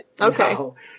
Okay